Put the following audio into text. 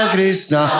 Krishna